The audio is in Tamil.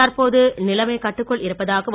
தற்போது நிலைமை கட்டுக்குள் இருப்பதாகவும்